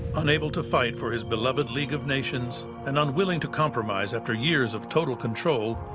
unable to fight for his beloved league of nations, and unwilling to compromise after years of total control,